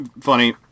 funny